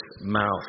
mouth